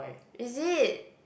is it